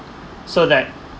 so that